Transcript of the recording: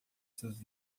seus